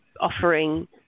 offering